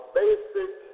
basic